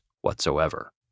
whatsoever